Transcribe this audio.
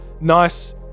nice